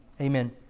Amen